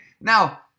now